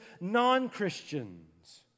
non-Christians